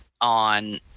on